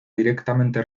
directamente